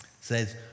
says